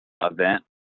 event